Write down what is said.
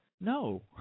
no